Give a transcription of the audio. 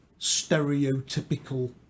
stereotypical